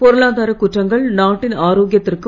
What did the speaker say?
பொருளாதாரக் குற்றங்கள் நாட்டின் ஆரோக்கியத்திற்கும்